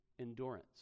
endurance